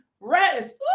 rest